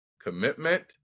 commitment